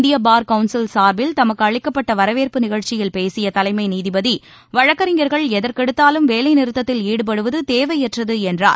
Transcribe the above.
இந்திய bar council சார்பில் தமக்கு அளிக்கப்பட்ட வரவேற்பு நிகழ்ச்சியில் பேசிய தலைமை நீதிபதி வழக்கறிஞர்கள் எதற்கெடுத்தாலும் வேலைநிறுத்தத்தில் ஈடுபடுவது தேவையற்றது என்றார்